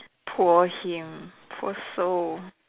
poor him poor soul